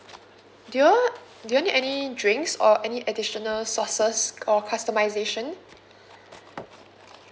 do you all do you need any drinks or any additional sauces or customization